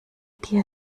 dir